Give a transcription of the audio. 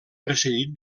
precedit